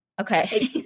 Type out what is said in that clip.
Okay